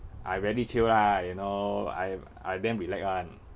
I very chill lah you know I I damn relax [one]